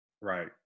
Right